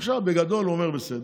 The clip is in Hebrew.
עכשיו, בגדול, הוא אומר: בסדר.